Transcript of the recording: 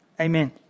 Amen